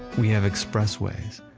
we have expressways.